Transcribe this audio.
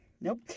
nope